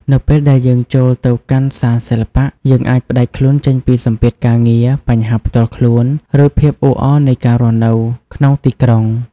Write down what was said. នៅពេលដែលយើងចូលទៅកាន់សាលសិល្បៈ យើងអាចផ្តាច់ខ្លួនចេញពីសម្ពាធការងារ បញ្ហាផ្ទាល់ខ្លួន ឬភាពអ៊ូអរនៃការរស់នៅក្នុងទីក្រុង។